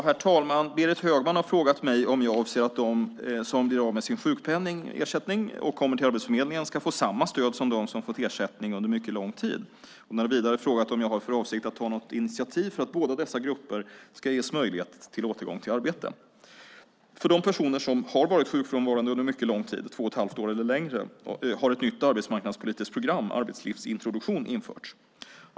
Herr talman! Berit Högman har frågat mig om jag avser att de som blir av med sin sjukpenning eller ersättning och kommer till Arbetsförmedlingen ska få samma stöd som dem som har fått ersättning under mycket lång tid. Hon har vidare frågat om jag har för avsikt att ta något initiativ för att båda dessa grupper ska ges möjlighet till återgång till arbete. För de personer som har varit sjukfrånvarande under mycket lång tid - två och ett halvt år eller längre - har ett nytt arbetsmarknadspolitiskt program, arbetslivsintroduktion, införts.